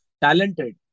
Talented